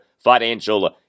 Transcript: financial